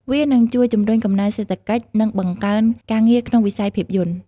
វានឹងជួយជំរុញកំណើនសេដ្ឋកិច្ច និងបង្កើនការងារក្នុងវិស័យភាពយន្ត។